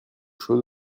chose